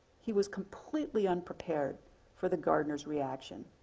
he was completely unprepared for the gardener's reaction.